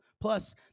Plus